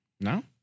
No